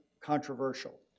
controversial